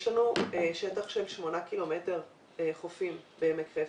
יש לנו שטח של שמונה קילומטר חופים בעמק חפר.